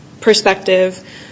perspective